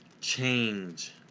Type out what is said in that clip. change